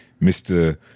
Mr